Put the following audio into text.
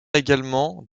également